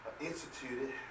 instituted